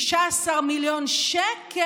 ב-16 מיליון שקל,